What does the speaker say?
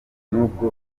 nubwo